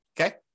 okay